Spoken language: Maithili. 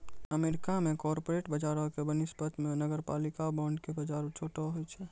अमेरिका मे कॉर्पोरेट बजारो के वनिस्पत मे नगरपालिका बांड के बजार छोटो होय छै